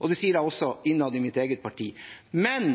og det sier jeg også innad i mitt eget parti. Men